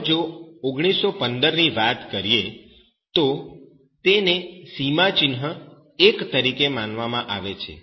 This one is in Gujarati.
હવે જો 1915 ની વાત કરીએ તો તેને સીમાચિન્હ 1 તરીકે માનવામાં આવે છે